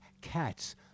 cats